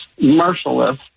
merciless